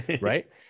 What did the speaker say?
right